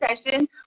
session